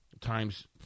times